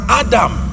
adam